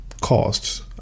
costs